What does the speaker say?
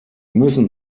müssen